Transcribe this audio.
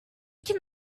can